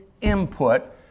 input